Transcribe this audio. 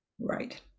Right